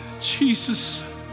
Jesus